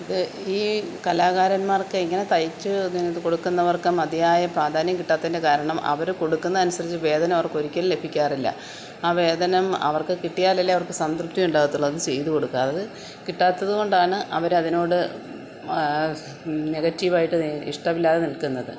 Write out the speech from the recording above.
ഇത് ഈ കലാകാരൻമാർക്കെ ഇങ്ങനെ തയ്ച്ച് നിങ്ങള്ക്ക് കൊടുക്കുന്നവർക്ക് മതിയായ പ്രാധാന്യം കിട്ടാത്തതിൻ്റെ കാരണം അവര് കൊടുക്കുന്നതനുസരിച്ച് വേതനം അവർക്ക് ഒരിക്കലും ലഭിക്കാറില്ല ആ വേതനം അവർക്ക് കിട്ടിയാലല്ലെ അവർക്ക് സംതൃപ്തി ഉണ്ടാവത്തുള്ളു അത് ചെയ്തുകൊടുക്കാതെ കിട്ടാത്തത് കൊണ്ടാണ് അവര് അതിനോട് നെഗറ്റീവായിട്ട് നി ഇഷ്ടമില്ലാതെ നിൽക്കുന്നത്